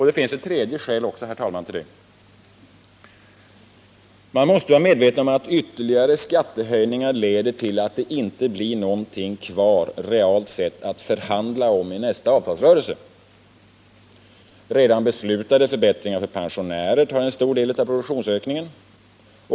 Det finns också en tredje anledning, herr talman: Man måste vara medveten om att ytterligare skattehöjningar leder till att det inte blir någonting kvar, realt sett, att förhandla om i nästa avtalsrörelse. Redan beslutade förbättringar för pensionärer tar en stor del av produktionsökningen.